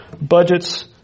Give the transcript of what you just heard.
budgets